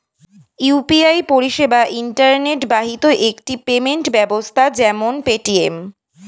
UPI পরিষেবা internet বাহিত একটি পেমেন্ট ব্যবস্থা যেমন পেটিএম